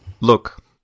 look